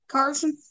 Carson